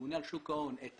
כממונה על שוק ההון את